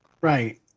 right